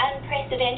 unprecedented